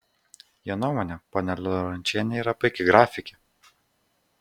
jo nuomone ponia liorančienė yra puiki grafikė